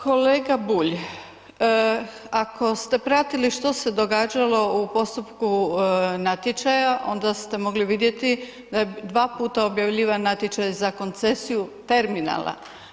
Kolega Bulj, ako ste pratili što se je događalo u postupku natječaja, onda ste mogli vidjeti, da je 2 puta objavljivan natječaj za koncesiju terminala.